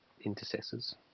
intercessors